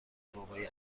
بابای